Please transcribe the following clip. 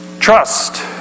trust